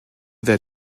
their